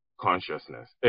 consciousness